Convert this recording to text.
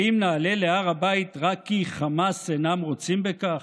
האם נעלה להר הבית רק כי חמאס אינם רוצים בכך?